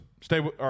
Stay